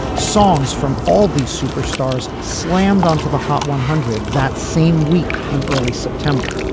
songs from all these superstars slammed onto the hot one hundred. that same week in early september.